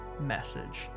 message